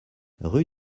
rue